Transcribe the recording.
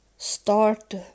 start